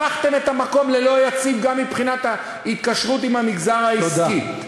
הפכתם את המקום ללא יציב גם מבחינת ההתקשרות עם המגזר העסקי,